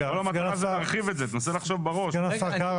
סגן השר.